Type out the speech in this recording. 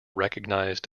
recognized